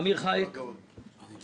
אמיר חייק, משפט.